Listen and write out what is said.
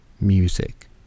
music